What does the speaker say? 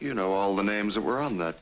you know all the names that were on th